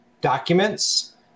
documents